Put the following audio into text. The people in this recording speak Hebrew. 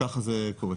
ככה זה קורה.